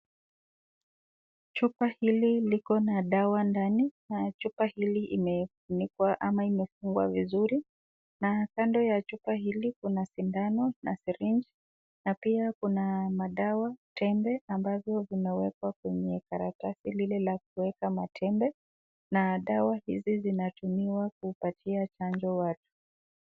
Chupa hili liko na dawa ndani na chupa hili imefunikwa ama imefungwa vizuri na kando ya chupa hili kuna sindano na sirinji na pia kuna madawa tembe ambazo zinawekwa kwenye karatasi lile la kuweka matembe na dawa hizi zinatumiwa kupatia chanjo watu.